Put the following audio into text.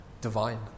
divine